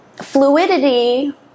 Fluidity